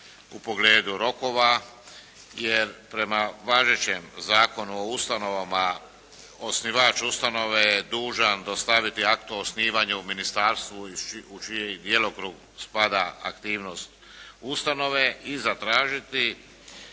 u pogledu rokova jer prema važećem Zakonu o ustanovama, osnivač ustanove je dužan dostaviti akt o osnivanju ministarstvu u čiji djelokrug spada aktivnost ustanove i zatražiti